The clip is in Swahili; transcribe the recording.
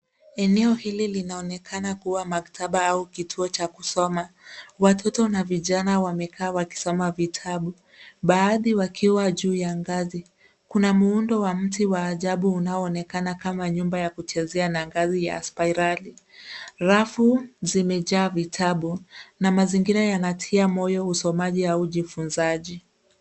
Eneo hili linaonekana kuwa maktaba au kituo cha kusoma. Watoto na vijana wamekaa wakisoma vitabu. Baadhi wakiwa juu ya ngazi. Kuna muundo wa mti wa ajabu unaoonekana kama nyumba ya kuchezea na ngazi ya spirali .Rafu zimejaa vitabu na mazingira yanatia moyo usomaji au ujifunzaji.